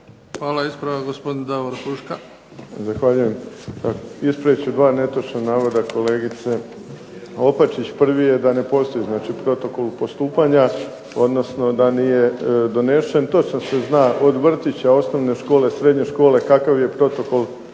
Hvala. Ispravak gospodin Davor Huška. **Huška, Davor (HDZ)** Hvala. Ispravit ću dva netočna navoda kolegice Opačić. Prvi je da ne postoji protokol postupanja odnosno da nije donesen. Točno se zna od vrtića, osnovne škole, srednje škole kakav je protokol postupanja